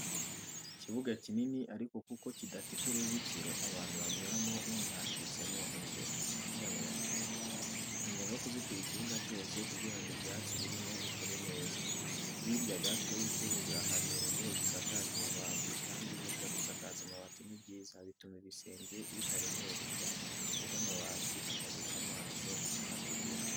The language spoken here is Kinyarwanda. Ikibuga kinini ariko kuko kidafite uruzitiro abantu banyuramo none hacitsemo inzira y'abanyamaguru. Ni ngombwa kuzitira ikibiga cyose kugira ngo ibyatsi birimo bikure neza. Hirya gato y'ikibuga hari inzu zisakaje amabati kandi burya gusaka amabati ni byiza bituma igisenge kitaremererwa kuko amabati atabika amazi nk'amategura.